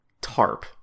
tarp